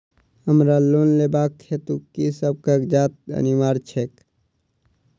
हमरा लोन लेबाक हेतु की सब कागजात अनिवार्य छैक?